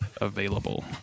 available